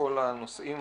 בכל הנושאים